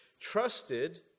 trusted